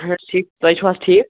آہَن حظ ٹھیٖک تُہۍ چھِو حظ ٹھیٖک